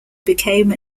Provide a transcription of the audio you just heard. became